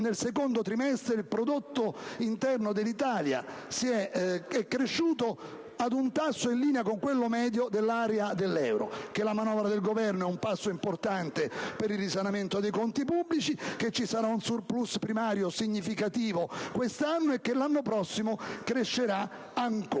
nel secondo trimestre il prodotto interno dell'Italia è cresciuto ad un tasso in linea con quello medio dell'area dell'euro, che la manovra del Governo rappresenta un passo importante per il risanamento dei conti pubblici, che quest'anno ci sarà un surplus primario significativo e che l'anno prossimo crescerà ancora.